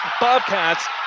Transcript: Bobcats